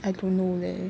I don't know leh